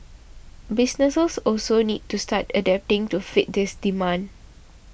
businesses also need to start adapting to fit this demand